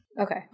Okay